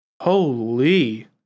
Holy